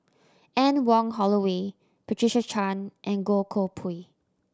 Anne Wong Holloway Patricia Chan and Goh Koh Pui